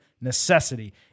necessity